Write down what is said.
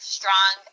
strong